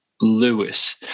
Lewis